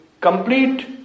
complete